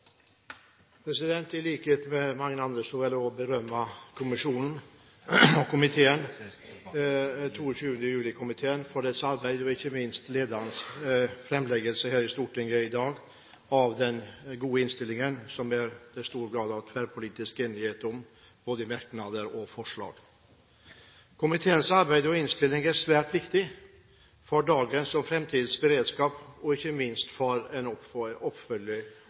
sikkerhet i framtiden. I likhet med mange andre vil også jeg berømme 22. juli-komiteen for dens arbeid og, ikke minst, lederens fremleggelse her i Stortinget i dag av den gode innstillingen, som det er stor grad av tverrpolitisk enighet om, også når det gjelder merknader og forslag. Komiteens arbeid og innstilling er svært viktig for dagens og fremtidens beredskap og ikke minst for